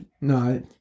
No